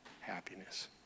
happiness